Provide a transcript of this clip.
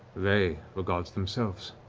they were gods themselves.